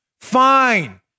Fine